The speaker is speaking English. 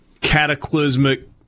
cataclysmic